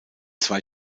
zwei